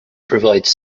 provides